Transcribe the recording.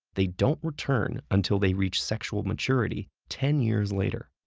they don't return until they reach sexual maturity ten years later.